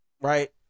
Right